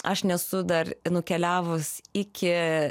aš nesu dar nukeliavus iki